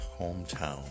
hometown